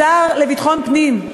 השר לביטחון פנים,